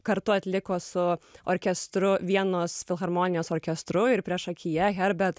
kartu atliko su orkestru vienos filharmonijos orkestru ir priešakyje herbert